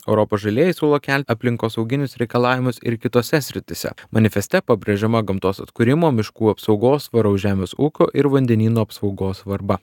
europos žalieji siūlo kelt aplinkosauginius reikalavimus ir kitose srityse manifeste pabrėžiama gamtos atkūrimo miškų apsaugos tvaraus žemės ūkio ir vandenynų apsaugos svarba